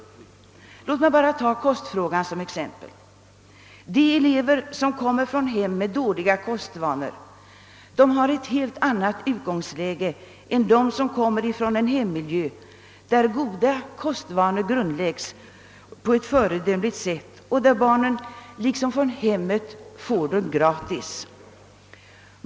Låt mig ta kostfrågan som exempel. De elever som kommer från hem med dåliga kostvanor har ett helt annat och sämre utgångsläge än elever som kommer från en hemmiljö där goda kostvanor grundlägges på ett föredömligt sätt. Barnen från de sistnämnda hemmen får de goda kostvanorna gratis.